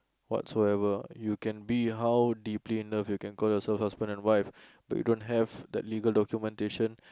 whatsoever you can be how deeply in love you can call yourself husband and wife but you don't have that legal documentation